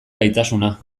gaitasuna